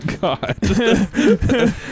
god